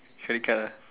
should we care